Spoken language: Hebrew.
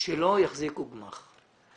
שלא יחזיקו גמ"ח.